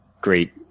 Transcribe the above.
great